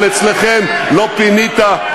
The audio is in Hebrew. אבל אצלכם: לא פינית,